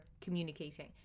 communicating